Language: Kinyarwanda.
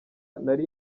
nari